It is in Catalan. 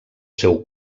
seu